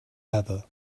heather